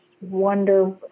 wonder